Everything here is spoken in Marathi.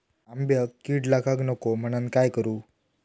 आंब्यक कीड लागाक नको म्हनान काय करू?